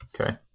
Okay